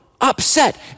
upset